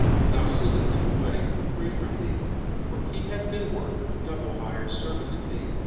when thou sendest him away free from thee for he hath been worth a double hired servant to thee,